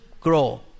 grow